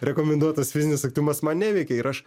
rekomenduotas fizinis aktyvumas man neveikia ir aš